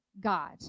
God